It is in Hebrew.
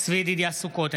צבי ידידיה סוכות,